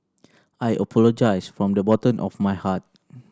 I apologize from the bottom of my heart